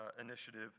initiative